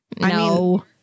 No